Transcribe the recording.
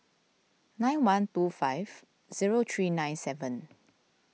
nine one two five zero three nine seven